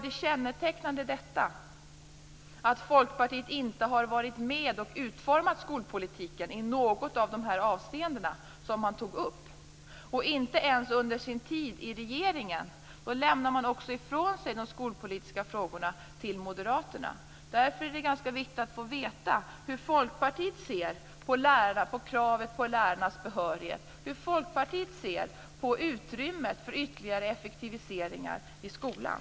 Det kännetecknande var att Folkpartiet inte har varit med och utformat skolpolitiken i något av de avseenden som man tog upp, inte ens under sin tid i regeringen. Då lämnade man ifrån sig de skolpolitiska frågorna till moderaterna. Därför är det ganska viktigt att få veta hur Folkpartiet ser på kravet på lärarnas behörighet, på utrymme för ytterligare effektiviseringar i skolan.